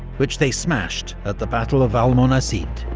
which they smashed at the battle of almonacid.